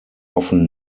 often